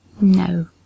no